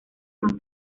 más